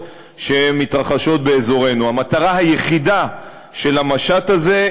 ולמשט שמיועד להגיע לרצועת-עזה יש השלכות גם בנושא הזה,